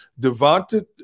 Devonta